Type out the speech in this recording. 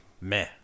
meh